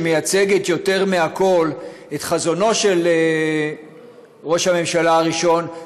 שמייצגת יותר מכול את חזונו של ראש הממשלה הראשון,